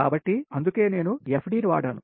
కాబట్టి అందుకే నేను FD ని వాడాను